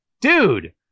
dude